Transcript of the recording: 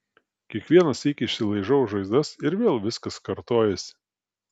kiekvieną sykį išsilaižau žaizdas ir vėl viskas kartojasi